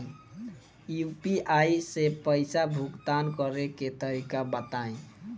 UPI से पईसा भुगतान करे के तरीका बताई?